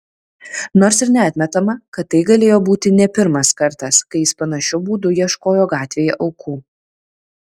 nors ir neatmetama kad tai galėjo būti ne pirmas kartas kai jis panašiu būdu ieškojo gatvėje aukų